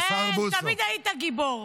תמיד היית גיבור.